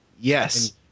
yes